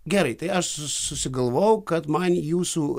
gerai tai aš susigalvojau kad man jūsų